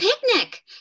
picnic